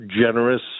generous